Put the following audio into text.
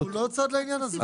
הוא לא צד לעניין הזה.